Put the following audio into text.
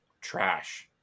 trash